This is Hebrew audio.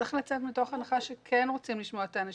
צריך לצאת מתוך הנחה שכן רוצים לשמוע את האנשים.